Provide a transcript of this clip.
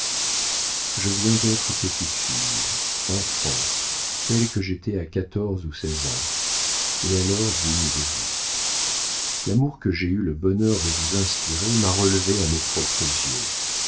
je viens d'être petite fille enfant telle que j'étais à quatorze ou seize ans et alors digne de vous l'amour que j'ai eu le bonheur de vous inspirer m'a relevée à mes propres yeux